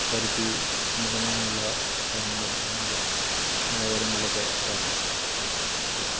charity സംബന്ധമായുള്ള കാര്യങ്ങളും അല്ലെങ്കിൽ കാര്യങ്ങളിലൊക്കെ വരാറുണ്ട് ഓക്കെ